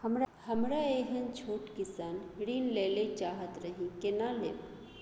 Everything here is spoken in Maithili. हमरा एहन छोट किसान ऋण लैले चाहैत रहि केना लेब?